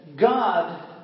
God